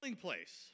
place